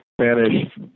Spanish